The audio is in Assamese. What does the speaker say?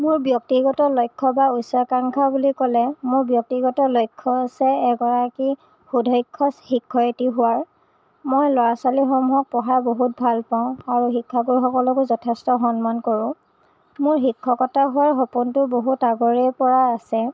মোৰ ব্য়ক্তিগত লক্ষ্য় বা উচ্চাকাংক্ষা বুলি ক'লে মোৰ ব্য়ক্তিগত লক্ষ্য় হৈছে এগৰাকী সুদক্ষ শিক্ষয়িত্ৰী হোৱাৰ মই ল'ৰা ছোৱালীসমূহক পঢ়াই বহুত ভাল পাওঁ আৰু শিক্ষাগুৰু সকলকো যথেষ্ট সন্মান কৰোঁ মোৰ শিক্ষকতা হোৱাৰ সপোনটো বহুত আগৰে পৰাই আছে